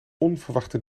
onverwachte